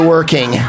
Working